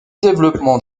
développement